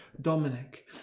Dominic